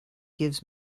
gives